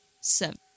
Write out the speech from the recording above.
seven